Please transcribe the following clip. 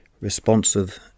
Responsive